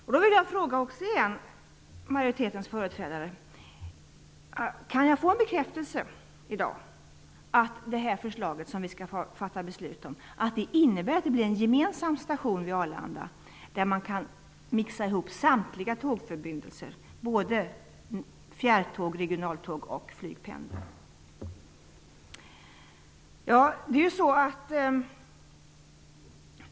Jag vill fråga majoritetens företrädare om jag i dag kan få en bekräftelse på att det förslag vi skall fatta beslut om innebär att det bli en gemensam station vid Arlanda där man kan mixa ihop samtliga tågförbindelser -- både fjärrtåg, regionaltåg och flygpendel.